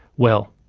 well,